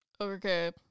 Okay